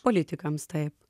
politikams taip